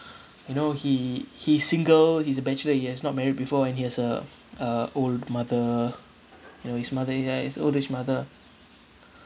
you know he he's single he's a bachelor yes not married before and he has a a old mother you know his mother ya it's old his mother